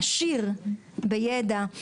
עשירה בידע.